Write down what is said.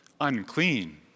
unclean